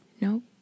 Nope